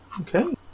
Okay